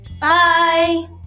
Bye